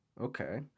Okay